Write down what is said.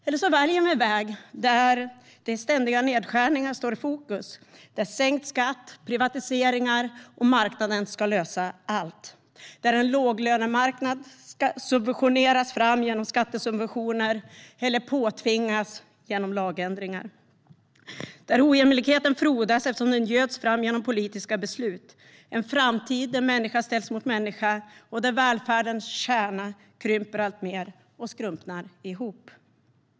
Eller också väljer vi en väg där ständiga nedskärningar står i fokus, där sänkt skatt, privatiseringar och marknaden ska lösa allt, där en låglönemarknad ska subventioneras fram genom skattesubventioner eller påtvingas genom lagändringar och där ojämlikheten frodas eftersom den göds fram genom politiska beslut. Detta i en framtid där människa ställs mot människa och välfärdens kärna krymper alltmer och skrumpnar ihop.